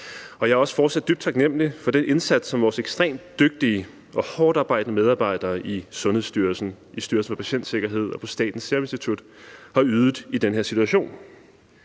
Jeg er også fortsat dybt taknemlig for den indsats, som vores ekstremt dygtige og hårdtarbejdende medarbejdere i Sundhedsstyrelsen, i Styrelsen for Patientsikkerhed og på Statens Serum Institut har ydet i den her situation.